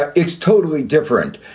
ah it's totally different.